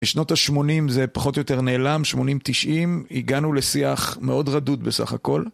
בשנות השמונים זה פחות או יותר נעלם, 80־90, הגענו לשיח מאוד רדוד בסך הכול.